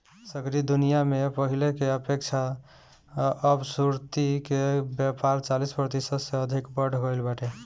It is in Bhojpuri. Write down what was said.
सगरी दुनिया में पहिले के अपेक्षा अब सुर्ती के व्यापार चालीस प्रतिशत से अधिका बढ़ल बाटे